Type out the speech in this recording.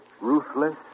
ruthless